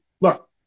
look